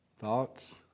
Thoughts